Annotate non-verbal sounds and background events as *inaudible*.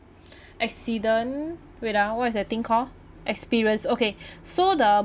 accident wait ah what's that thing called experience okay *breath* so the